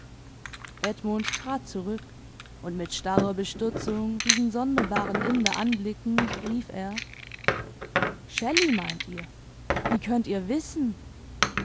edmund trat zurück und mit starrer bestürzung diesen sonderbaren inder anblickend rief er shelley meint ihr wie könnt ihr wissen